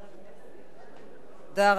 תודה רבה, חבר הכנסת שלמה מולה.